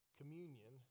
communion